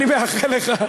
אני מאחל לך.